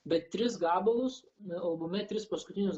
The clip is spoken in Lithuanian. bet tris gabalus albume tris paskutinius